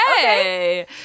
Okay